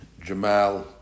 Jamal